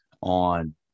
on